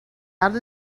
out